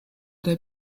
der